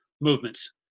movements